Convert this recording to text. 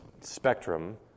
spectrum